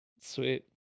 Sweet